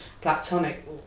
platonic